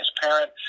transparent